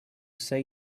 say